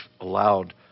allowed